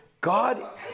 God